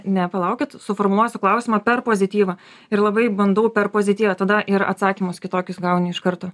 ne palaukit suformuluosiu klausimą per pozityvą ir labai bandau per pozityvą tada ir atsakymus kitokius gauni iš karto